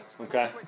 Okay